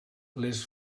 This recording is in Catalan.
les